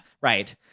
Right